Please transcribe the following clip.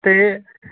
ते